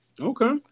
Okay